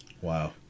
Wow